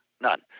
None